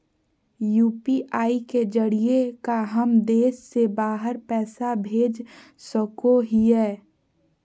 UPI के जरिए का हम देश से बाहर पैसा भेज सको हियय?